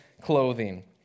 clothing